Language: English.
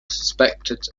suspected